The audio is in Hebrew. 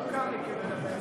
אתה לא מוכר לי כמדבר לאט.